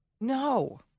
No